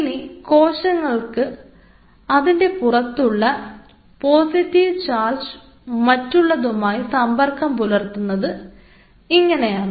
ഇനി കോശങ്ങളുടെ പുറത്തുള്ള പോസിറ്റീവ് ചാർജ് മറ്റുള്ളതുമായി സമ്പർക്കം പുലർത്തുന്നത് ഇങ്ങനെയാണ്